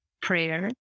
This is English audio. Prayer